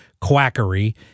quackery